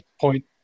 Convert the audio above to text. point